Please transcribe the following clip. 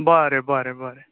बरें बरें बरें